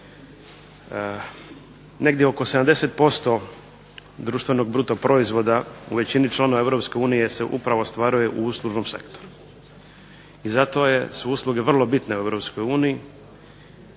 Negdje oko 70% BDP-a u većini EU se upravo ostvaruje u uslužnom sektoru. I zato su usluge vrlo bitne u EU